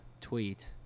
tweet